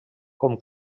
com